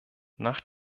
nach